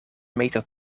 meter